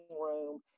room